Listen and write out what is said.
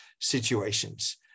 situations